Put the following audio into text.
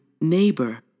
neighbor